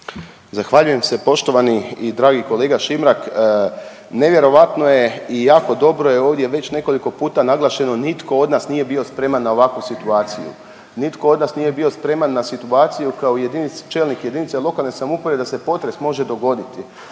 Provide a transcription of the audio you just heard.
Zahvaljujem se poštovani i dragi kolega Šimrak. Nevjerojatno je i jako dobro je ovdje već nekoliko puta naglašeno, nitko od nas nije bio spreman na ovakvu situaciju. Nitko od nas nije bio spreman na situaciju kao jedinica, čelnik jedinice lokalne samouprave da se potres može dogoditi.